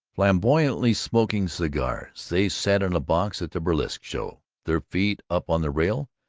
flamboyantly smoking cigars they sat in a box at the burlesque show, their feet up on the rail,